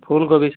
फूल गोभी